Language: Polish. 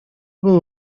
był